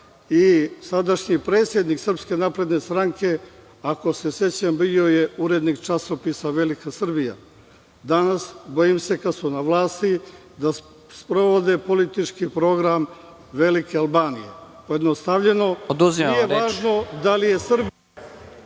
i sadašnji predsednik SNS, ako se sećam, bio je urednik časopisa „Velika Srbija“. Danas, bojim se kada su na vlasti da sprovode politički program velike Albanije. Pojednostavljeno, nije važno da li je Srbija…